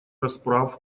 расправ